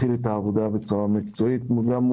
להתחיל את העבודה בצורה מקצועית גם אל